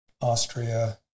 Austria